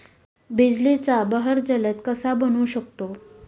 बिजलीचा बहर जलद कसा बनवू शकतो?